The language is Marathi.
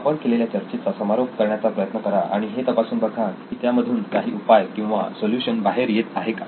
आपण केलेल्या चर्चेचा समारोप करण्याचा प्रयत्न करा आणि हे तपासून बघा की त्यामधून काही उपाय किंवा सोल्युशन बाहेर येत आहे का